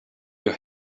your